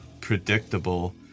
predictable